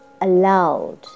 aloud